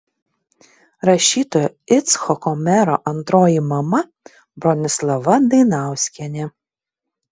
rašytojo icchoko mero antroji mama bronislava dainauskienė